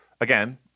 again